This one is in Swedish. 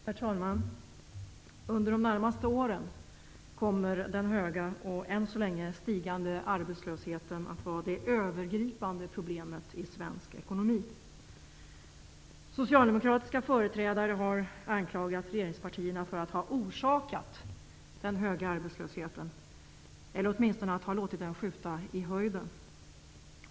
Herr talman! Under de närmaste åren kommer den höga och än så länge stigande arbetslösheten att vara det övergripande problemet i svensk ekonomi. Socialdemokratiska företrädare har anklagat regeringspartierna för att ha orsakat den höga arbetslösheten eller åtminstone för att ha låtit den skjuta i höjden.